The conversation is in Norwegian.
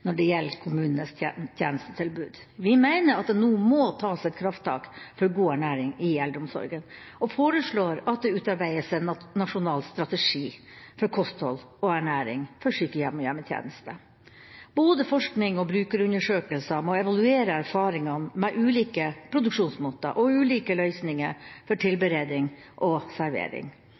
når det gjelder kommunenes tjenestetilbud. Vi mener at det nå må tas et krafttak for god ernæring i eldreomsorgen og foreslår at det utarbeides en nasjonal strategi for kosthold og ernæring for sykehjem og hjemmetjenesten. Både forskning og brukerundersøkelser må evaluere erfaringene med ulike produksjonsmåter og ulike løsninger for tilberedning og servering.